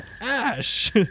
Ash